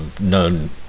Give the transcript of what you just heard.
known